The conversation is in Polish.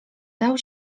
dał